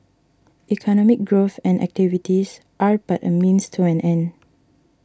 economic growth and activities are but a means to an end